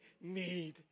need